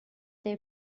their